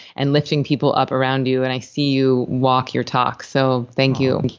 and lifting people up around you, and i see you walk your talk. so thank you